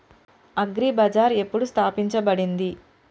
Agri Bazaar ఎప్పుడు స్థాపించబడింది?